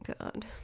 God